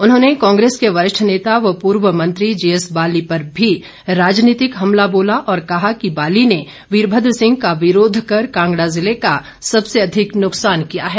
उन्होंने कांग्रेस के वरिष्ठ नेता व पूर्वे मंत्री जीएस बाली पर भी राजनीतिक हमला बोला और कहा कि बाली ने वीरभद्र सिंह का विरोध कर कांगड़ा जिले का सबसे अधिक नुकसान किया है